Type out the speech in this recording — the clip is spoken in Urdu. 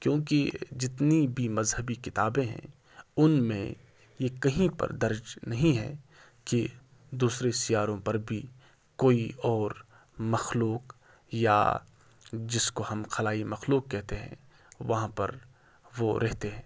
کیونکہ جتنی بھی مذہبی کتابیں ہیں ان میں یہ کہیں پر درج نہیں ہے کہ دوسرے سیاروں پر بھی کوئی اور مخلوق یا جس کو ہم خلائی مخلوق کہتے ہیں وہاں پر وہ رہتے ہیں